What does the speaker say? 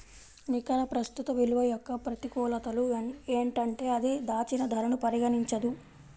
నికర ప్రస్తుత విలువ యొక్క ప్రతికూలతలు ఏంటంటే అది దాచిన ధరను పరిగణించదు